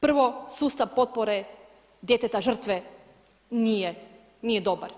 Prvo, sustav potpore djeteta žrtve nije dobar.